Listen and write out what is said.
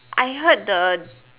I heard the